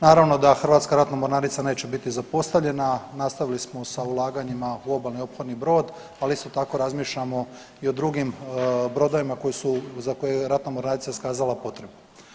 Naravno da Hrvatska ratna mornarica neće biti zapostavljena, nastavili smo sa ulaganjima u obalni ophodni brod, ali isto tako razmišljamo i o drugim brodovima koji su, za koje je ratna mornarica iskazala potrebu.